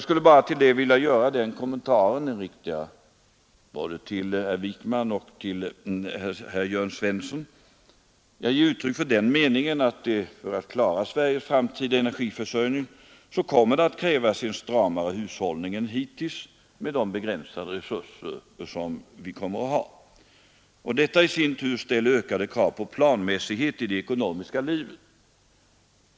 Till detta skulle jag bara till både herr Wijkman och herr Jörn Svensson vilja ge uttryck för den meningen att det för att klara Sveriges framtid och energiförsörjning kommer att krävas en stramare hushållning än hittills med de begränsade resurser vi kommer att ha. Detta i sin tur ställer ökade krav på planmässighet i det ekonomiska livet.